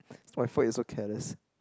it's not my fault you so careless